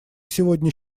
сегодня